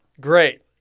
Great